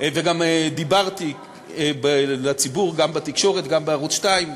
וגם דיברתי לציבור, גם בתקשורת, גם בערוץ 2,